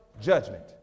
judgment